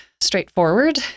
straightforward